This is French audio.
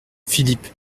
philippe